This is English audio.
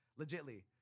legitly